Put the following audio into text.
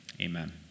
Amen